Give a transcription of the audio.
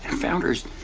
founders.